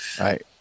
Right